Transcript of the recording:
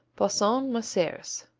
bossons maceres